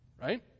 Right